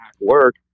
work